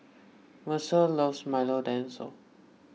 Mercer loves Milo Dinosaur